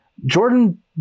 Jordan